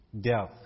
death